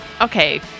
okay